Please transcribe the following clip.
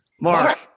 Mark